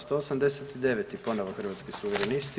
189. ponovo Hrvatski suverenisti.